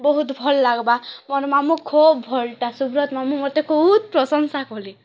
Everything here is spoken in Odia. ବହୁତ ଭଲ ଲାଗଵା ମୋର ମାମୁଁ ଖୁବ୍ ଭଲଟା ସୁବ୍ରତ ମାମୁଁ ମୋତେ ବହୁତ ପ୍ରଶଂସା କରେ